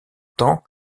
temps